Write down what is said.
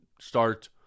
start